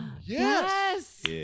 Yes